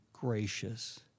gracious